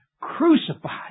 crucified